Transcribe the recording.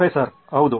professor ಹೌದು